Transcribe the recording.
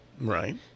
Right